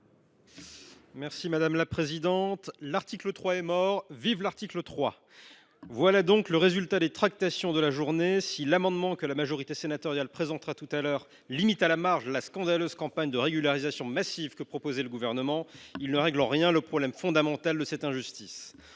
sur l’article. L’article 3 est mort, vive l’article 3 ! Voilà donc le résultat des tractations de la journée. Si l’amendement que la majorité sénatoriale présentera tout à l’heure vise à limiter à la marge la scandaleuse campagne de régularisation massive que proposait le Gouvernement, il ne réglera en rien le problème principal, qui est